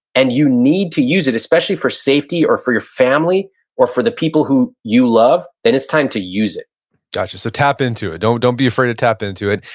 and you need to use it, especially for safety, or for your family or for the people who you love, then it's time to use it gotcha. so tap into it. don't don't be afraid to tap into it.